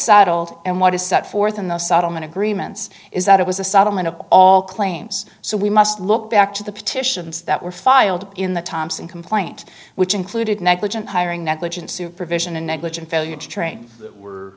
saddled and what is set forth in the settlement agreements is that it was a subtle mind of all claims so we must look back to the petitions that were filed in the thompson complaint which included negligent hiring negligent supervision a negligent failure